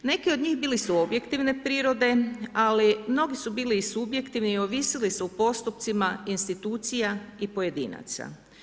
Neki od njih bili su objektivne prirode, ali mnogi su bili i subjektivni i ovisili su o postupcima institucija i pojedinaca.